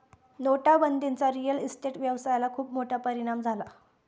नोटाबंदीचा real estate व्यवसायाला खूप मोठा परिणाम झाला